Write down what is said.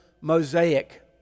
mosaic